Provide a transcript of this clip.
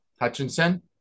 Hutchinson